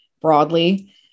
broadly